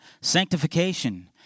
Sanctification